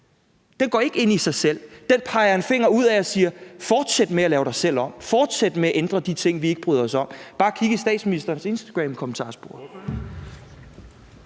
Den går ikke ind i sig selv. Den peger en finger udad og siger: Fortsæt med at lave dig selv om, fortsat med at ændre de ting, vi ikke bryder os om. Bare kig i statsministerens instagramkommentarspor.